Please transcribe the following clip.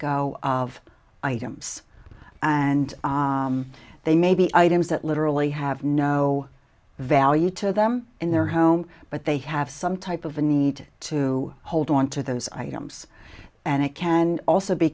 go of items and they may be items that literally have no value to them in their home but they have some type of a need to hold on to those items and it can also be